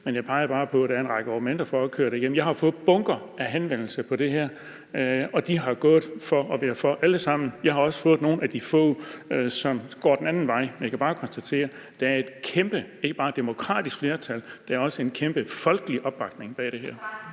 men jeg peger bare på, at der er en række argumenter for at køre det igennem. Jeg har fået bunker af henvendelser til det her, og de har været for alle sammen. Jeg har også fået nogle af de få, som går den anden vej, men jeg kan bare konstatere, at der ikke bare er et kæmpe demokratisk flertal, men også en kæmpe folkelig opbakning bag det her.